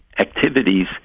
activities